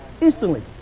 Instantly